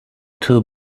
two